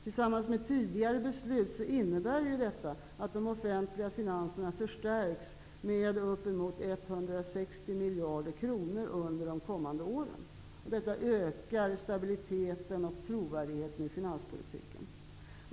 Tillsammans med tidigare beslut innebär detta att de offentliga finansena förstärks med uppemot 160 miljarder kronor under de kommande åren. Detta ökar stabiliteten och trovärdigheten i finanspolitiken.